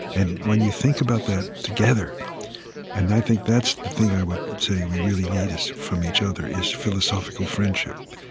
and when you think about that together and i think that's the thing i would say we really need is from each other is philosophical friendship,